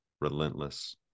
relentless